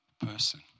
person